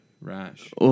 rash